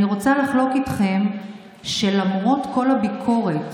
אני רוצה לחלוק איתכם שלמרות כל הביקורת